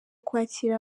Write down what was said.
kwakira